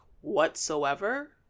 whatsoever